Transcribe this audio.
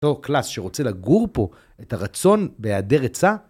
אותו קלאס שרוצה לגור פה, את הרצון בהיעדרת עצה?